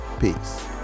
Peace